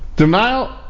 Denial